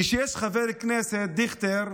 כשיש חבר הכנסת, דיכטר,